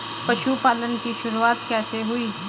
पशुपालन की शुरुआत कैसे हुई?